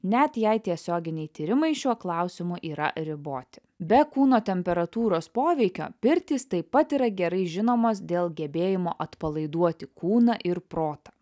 net jei tiesioginiai tyrimai šiuo klausimu yra riboti be kūno temperatūros poveikio pirtys taip pat yra gerai žinomos dėl gebėjimo atpalaiduoti kūną ir protą